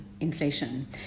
inflation